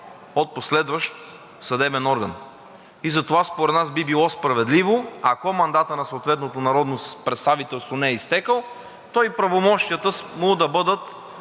от последващ съдебен орган. И затова според нас би било справедливо, ако мандатът на съответното народно представителство не е изтекъл, то и правомощията му да бъдат